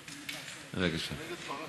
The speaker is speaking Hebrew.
בבקשה.